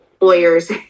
lawyers